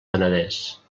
penedès